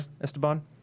Esteban